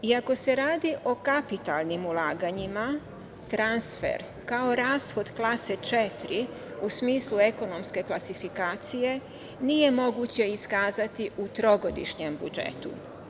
Iako se radi o kapitalnim ulaganjima, transfer, kao rashod Klase 4, u smislu ekonomske klasifikacije nije moguće iskazati u trogodišnjem budžetu.